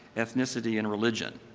ethnicity, and religion.